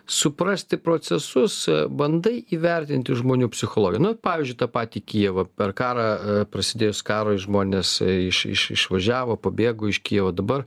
suprasti procesus bandai įvertinti žmonių psichologiją nu vat pavyzdžiui tą patį kijevą per karą prasidėjus karui žmonės iš iš išvažiavo pabėgo iš kijevo dabar